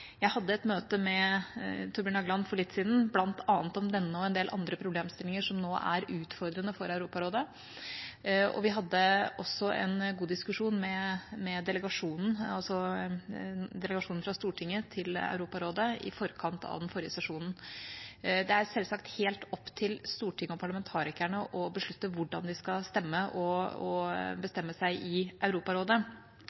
Jeg hadde et møte med Thorbjørn Jagland for litt siden, bl.a. om denne problemstillingen og om en del andre problemstillinger som nå er utfordrende for Europarådet. Vi hadde også en god diskusjon med delegasjonen fra Stortinget til Europarådet i forkant av den forrige sesjonen. Det er selvsagt helt opp til Stortinget og parlamentarikerne å beslutte hvordan man skal stemme og